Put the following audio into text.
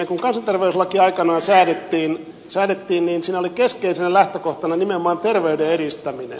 kun kansanterveyslaki aikanaan säädettiin siinä oli keskeisenä lähtökohtana nimenomaan terveyden edistäminen